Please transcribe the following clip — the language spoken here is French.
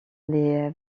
les